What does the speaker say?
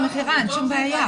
אין שום בעיה.